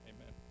Amen